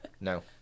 No